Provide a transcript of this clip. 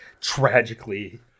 Tragically